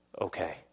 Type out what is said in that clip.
okay